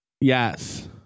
Yes